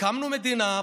הקמנו מדינה,